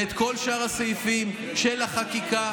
ועל כל שאר הסעיפים של החקיקה,